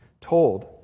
told